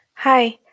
Hi